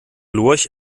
lurch